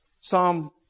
Psalm